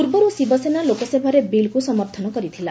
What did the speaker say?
ପୂର୍ବରୁ ଶିବସେନା ଲୋକସଭାରେ ବିଲ୍କୁ ସମର୍ଥନ କରିଥିଲା